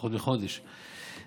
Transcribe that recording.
פחות מחודש,